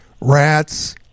Rats